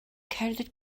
cerdded